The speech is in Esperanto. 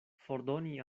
fordoni